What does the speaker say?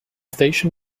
station